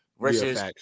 versus